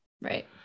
right